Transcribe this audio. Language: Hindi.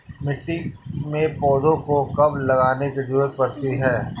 मिट्टी में पौधों को कब लगाने की ज़रूरत पड़ती है?